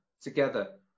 together